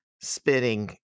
spinning